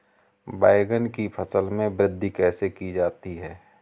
बैंगन की फसल में वृद्धि कैसे की जाती है?